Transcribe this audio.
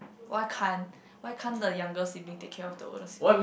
why can't why can't the younger sibling take care of the older sibling